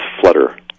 flutter